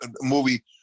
movie